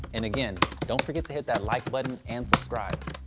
and again, don't forget to hit that like button and subscribe.